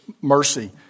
mercy